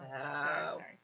sorry